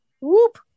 Whoop